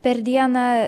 per dieną